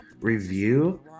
review